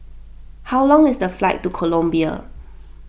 how long is the flight to Colombia